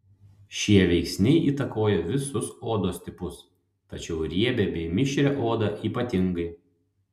šie veiksniai įtakoja visus odos tipus tačiau riebią bei mišrią odą ypatingai